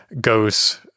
goes